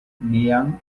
mian